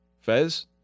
Fez